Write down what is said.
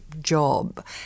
job